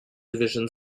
division